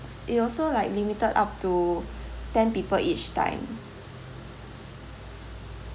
it also like limited up to ten people each time